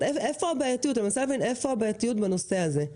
איפה הבעייתיות בנושא הזה?